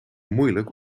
moeilijk